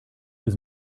was